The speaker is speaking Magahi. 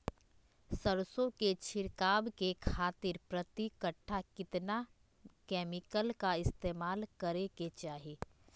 सरसों के छिड़काव करे खातिर प्रति कट्ठा कितना केमिकल का इस्तेमाल करे के चाही?